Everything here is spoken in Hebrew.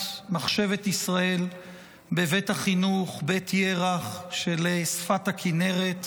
מחשבת ישראל בבית החינוך בית ירח שלשפת הכינרת,